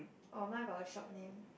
orh mine got a shop name